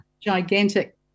gigantic